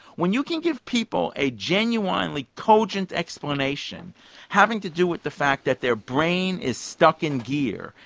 when you can give people a genuinely cogent explanation having to do with the fact that their brain is stuck in gear,